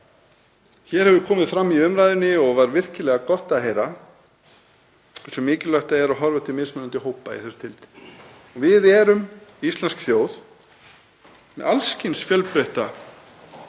Hér hefur komið fram í umræðunni, og var virkilega gott að heyra, hversu mikilvægt er að horfa til mismunandi hópa í þessu tilliti. Við erum íslensk þjóð með alls kyns fjölbreytta